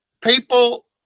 people